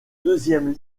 deuxième